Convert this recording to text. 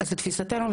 אז לתפיסתנו,